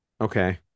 okay